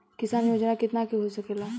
किसान योजना कितना के हो सकेला?